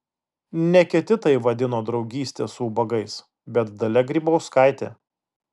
ne kiti tai vadino draugyste su ubagais bet dalia grybauskaitė